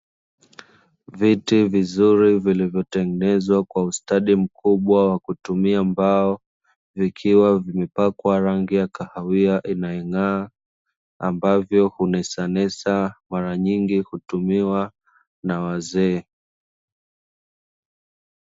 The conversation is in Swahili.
Viti vizuri vilivyotengenenzwa kwa ustadi mkubwa wa kutumia mbao, vikiwa vipakwa rangi ya kahawia inayong'aa, ambavyo hunesanesa mara nyingi kutumiwa na wazee.